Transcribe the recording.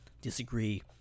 disagree